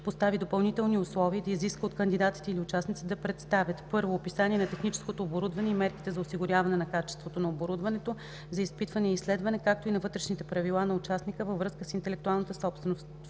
постави допълнителни условия и да изиска от кандидатите или участниците да представят: 1. описание на техническото оборудване и мерките за осигуряване на качеството, на оборудването за изпитване и изследване, както и на вътрешните правила на участника във връзка с интелектуалната собственост;